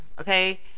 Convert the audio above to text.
okay